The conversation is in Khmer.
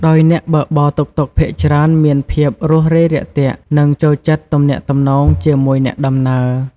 ដោយអ្នកបើកបរតុកតុកភាគច្រើនមានភាព រួសរាយរាក់ទាក់ និងចូលចិត្តទំនាក់ទំនងជាមួយអ្នកដំណើរ។